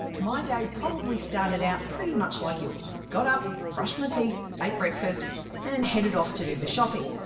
my day probably started out pretty much like yours. got up, brushed my teeth, ate breakfast and headed off to do the shopping.